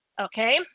okay